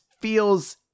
feels